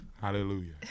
Hallelujah